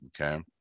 Okay